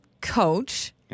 coach